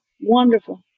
wonderful